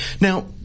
Now